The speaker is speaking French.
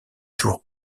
tour